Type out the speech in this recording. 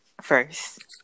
first